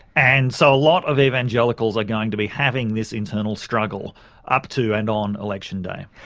and so a lot of evangelicals are going to be having this internal struggle up to and on election day.